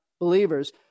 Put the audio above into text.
believers